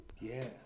yes